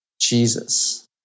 Jesus